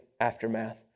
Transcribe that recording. Aftermath